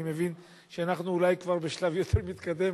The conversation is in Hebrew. אני מבין שאנחנו אולי כבר בשלב יותר מתקדם,